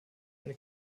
eine